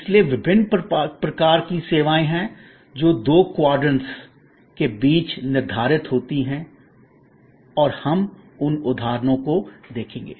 इसलिए विभिन्न प्रकार की सेवाएं हैं जो दो क्वाड्रंट्स quadrants वृत्त का चतुर्थ भाग के बीच निर्धारित होती हैं और हम उन उदाहरणों को देखेंगे